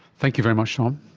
thank you very much tom.